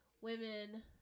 women